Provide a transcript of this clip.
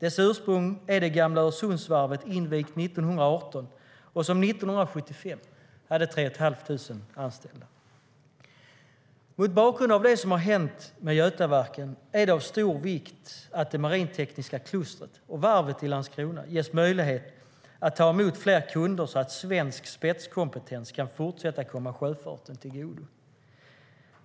Dess ursprung är det gamla Öresundsvarvet, invigt 1918, som 1975 hade 3 500 anställda. Det